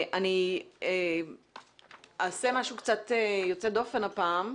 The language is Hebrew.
אני אעשה משהו יוצא דופן הפעם,